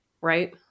Right